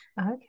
okay